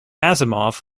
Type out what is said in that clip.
asimov